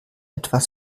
etwas